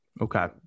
okay